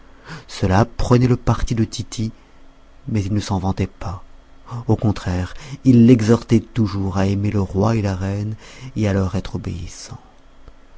ceux-là prenaient le parti de tity mais ils ne s'en vantaient pas au contraire ils l'exhortaient toujours à aimer le roi et la reine et à leur être fort obéissant